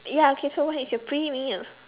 ya okay so what is your pre meal